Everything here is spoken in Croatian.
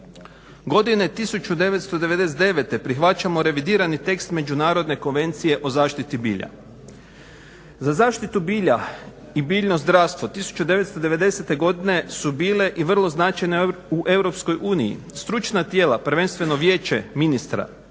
Godine 1999. prihvaćamo revidirani tekst Međunarodne konvencije o zaštiti bilja. Za zaštitu bilja i biljno zdravstvo 1990. godine su bile i vrlo značajne u EU stručna tijela, prvenstveno Vijeće ministara